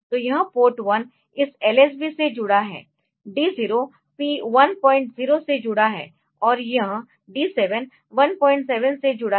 तो यह पोर्ट 1 इस LSB से जुड़ा है D0 P10 से जुड़ा है और यह D7 17 से जुड़ा है